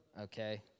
okay